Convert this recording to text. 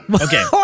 Okay